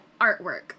artwork